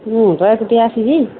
ମୁଁ ତ ଏକୁଟିଆ ଆସିବି